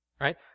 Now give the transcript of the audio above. right